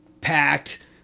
packed